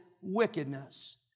wickedness